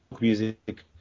music